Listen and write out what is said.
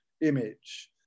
image